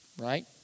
Right